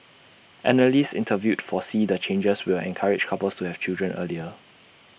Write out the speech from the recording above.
analysts interviewed foresee the changes will encourage couples to have children earlier